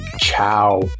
Ciao